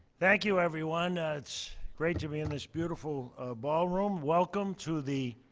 thank you, everyone, it's great to be in this beautiful ballroom. welcome to the